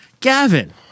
Gavin